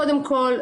קודם כל,